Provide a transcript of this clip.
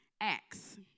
Acts